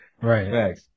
Right